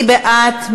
מי בעד?